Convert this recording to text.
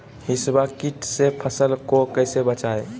हिसबा किट से फसल को कैसे बचाए?